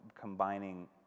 combining